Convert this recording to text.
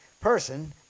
person